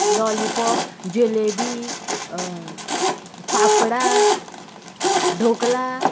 lollipop jalebi fafda dhokla